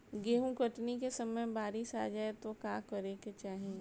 गेहुँ कटनी के समय बारीस आ जाए तो का करे के चाही?